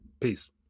Peace